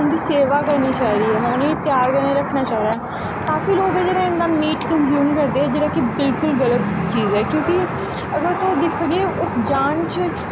उं'दी सेवा करनी चाहिदी ऐ उ'नेंगी प्यार कन्नै रक्खना चाहिदा ऐ काफी लोग ऐ जेह्ड़े इं'दा मीट कनज्यूम करदे ऐ जेह्ड़ा कि बिलकुल गल्त चीज ऐ क्योंकि अगर तुस दिखगेओ उस जान च